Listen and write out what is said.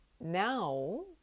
now